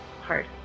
Hard